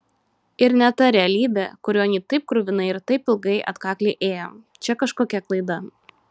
ir ne ta realybė kurion ji taip kruvinai ir taip ilgai atkakliai ėjo čia kažkokia klaida